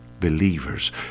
believers